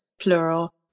Plural